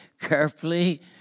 carefully